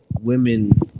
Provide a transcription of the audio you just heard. women